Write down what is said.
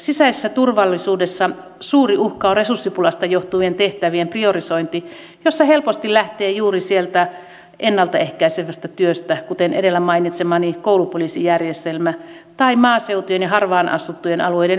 sisäisessä turvallisuudessa suuri uhka on resurssipulasta johtuva tehtävien priorisointi jossa helposti lähtee juuri sieltä ennalta ehkäisevästä työstä kuten edellä mainitsemastani koulupoliisijärjestelmästä tai maaseudun ja harvaan asuttujen alueiden viranomaistehtävistä